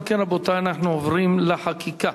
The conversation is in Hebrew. אנחנו עוברים לחקיקה.